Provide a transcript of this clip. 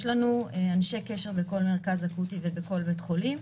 יש לנו אנשי קשר בכל מרכז אקוטי ובכל בית חולים,